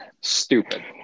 Stupid